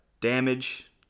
Damage